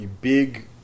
big